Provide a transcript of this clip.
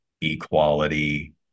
equality